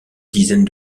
dizaine